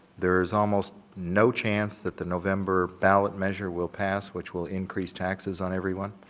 there's almost no chance that the november ballot measure will pass which will increase taxes on everyone,